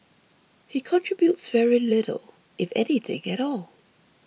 he contributes very little if anything at all